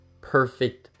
perfect